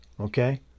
okay